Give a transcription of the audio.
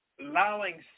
allowing